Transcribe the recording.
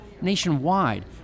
nationwide